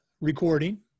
recording